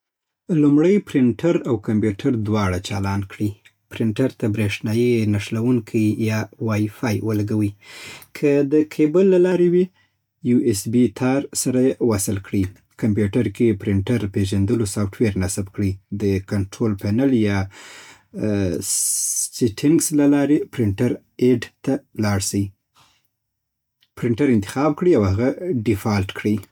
لومړی پرنټر او کمپیوټر دواړه چالان کړئ. پرنټر ته بریښنايي نښلونکی یا وائي فای ولګوئ. که د کيبل له لارې وي، يو‌ اېس‌ بي تار سره یې وصل کړئ. کمپیوټر کې پرنټر پېژندلو سافټویر نصب کړئ. د کنټرول پینل یا سېټنګس له لارې پرنټر ایډ ته لاړ شئ. پرنټر انتخاب کړئ او هغه ډیفالټ کړئ